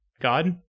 god